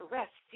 Rest